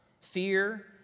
fear